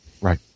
Right